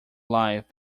live